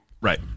Right